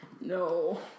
No